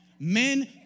Men